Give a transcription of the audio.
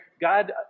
God